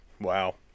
Wow